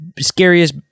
scariest